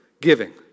giving